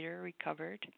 recovered